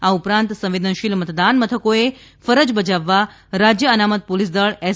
આ ઉપરાંત સંવેદનશીલ મતદાન મથકોએ ફરજ બજાવવા રાજ્ય અનામત પોલીસદળ એસ